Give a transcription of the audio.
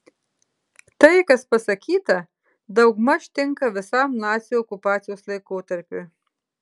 tai kas pasakyta daugmaž tinka visam nacių okupacijos laikotarpiui